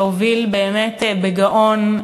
שהוביל באמת בגאון,